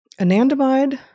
anandamide